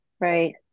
Right